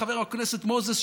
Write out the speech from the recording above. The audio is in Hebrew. חבר הכנסת מוזס,